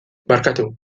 barkatu